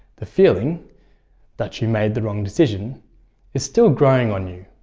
the feeling that you made the wrong decision is still growing on you.